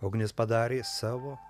ugnis padarė savo